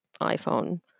iPhone